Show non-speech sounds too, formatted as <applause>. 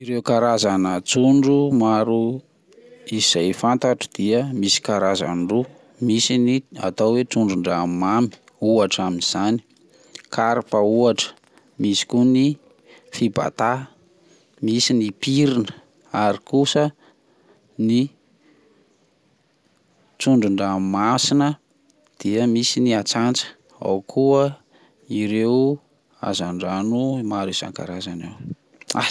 Ireo karazana trondro maro <noise> izay fantatro, misy karazany roa, misy ny atao hoe trondron-dranomamy ohatra amin'izany karpa ohatra, misy koa ny fibatà, misy ny pirina, ary kosa ny trondron-dranomasina dia misy ny antsatsa ao koa ireo hazandrano maro isan-karazany ao. <noise>